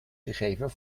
gegeven